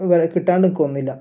കിട്ടാണ്ടൊക്കുവൊന്നുല്ലാ